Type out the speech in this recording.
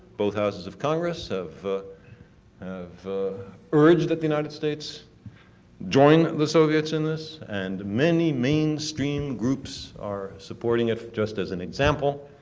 both houses of congress have urged that the united states join the soviets in this, and many mainstream groups are supporting it, just as an example.